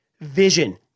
vision